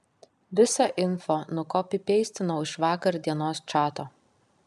visą info nukopipeistinau iš vakar dienos čato